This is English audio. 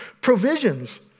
Provisions